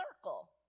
circle